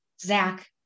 Zach